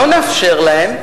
לא נאפשר להם,